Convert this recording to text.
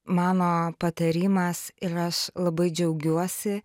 mano patarimas ir aš labai džiaugiuosi